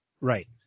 right